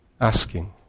asking